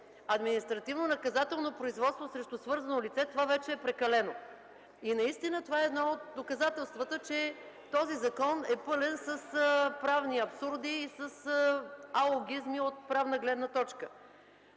административнонаказателно производство срещу свързано лице – това вече е прекалено. Наистина това е едно от доказателствата, че този закон е пълен с правни абсурди и с алогизми от правна гледна точка.